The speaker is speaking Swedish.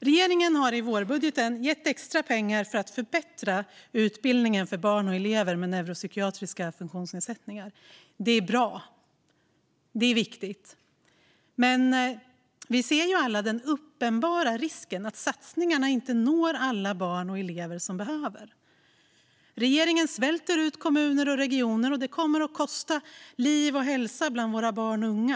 Regeringen har i vårbudgeten gett extra pengar för att förbättra utbildningen för barn och elever med neuropsykiatriska funktionsnedsättningar. Det är bra och viktigt. Men vi ser ju alla den uppenbara risken att satsningen inte når alla barn och elever som behöver få del av dem. Regeringen svälter ut kommuner och regioner, och det kommer att kosta liv och hälsa bland våra barn och unga.